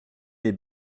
les